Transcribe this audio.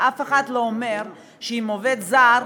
ואף אחד לא אומר שאם עובד זר,